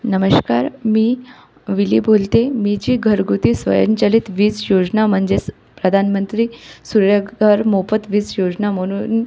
नमस्कार मी विली बोलते मी जी घरगुती स्वयंचलित वीज योजना म्हणजेच प्रधानमंत्री सूर्यघर मोफत वीज योजना म्हणून